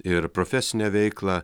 ir profesinę veiklą